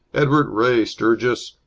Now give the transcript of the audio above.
edward ray sturgis,